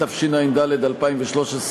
התשע"ד 2013,